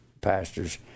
pastors